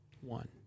one